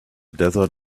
desert